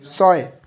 ছয়